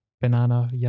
banana